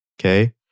Okay